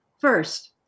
First